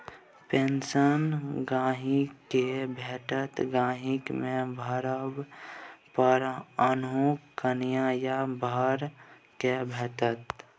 pension गहिंकी केँ भेटतै गहिंकी केँ मरब पर हुनक कनियाँ या बर केँ भेटतै